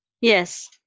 Yes